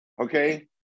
Okay